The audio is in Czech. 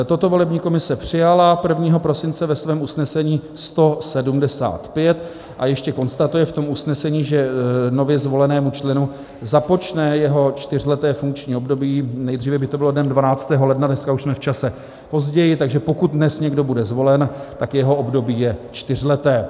Toto volební komise přijala 1. prosince ve svém usnesení 175 a ještě konstatuje v tom usnesení, že nově zvolenému členu započne jeho čtyřleté funkční období, nejdříve by to bylo dnem 12. ledna, dneska už jsme v čase později, takže pokud dnes někdo bude zvolen, tak jeho období je čtyřleté.